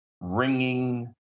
ringing